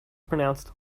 pronounced